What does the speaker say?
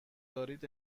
دارید